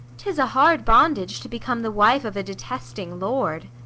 tis a hard bondage to become the wife of a detesting lord.